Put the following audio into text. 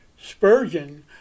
Spurgeon